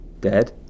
Dead